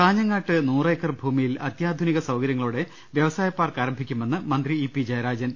കാഞ്ഞങ്ങാട്ട് നൂറ് ഏക്കർ ഭൂമിയിൽ അത്യാധുനിക സൌക ര്യങ്ങളോടെ വ്യവസായ പാർക്ക് ആരംഭിക്കുമെന്ന് മന്ത്രി ഇ പി ജയരാജൻ